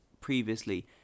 previously